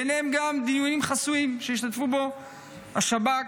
וביניהם גם דיונים חסויים שהשתתפו בהם השב"כ,